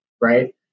right